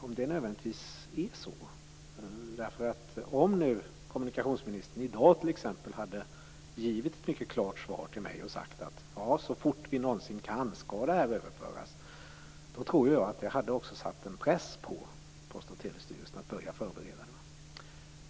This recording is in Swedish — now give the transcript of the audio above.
Om kommunikationsministern i dag hade givit ett mycket klart svar till mig och sagt "Ja, så fort vi någonsin kan skall det här överföras", tror jag att det också hade satt en press på Post och telestyrelsen att börja förbereda.